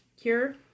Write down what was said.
cure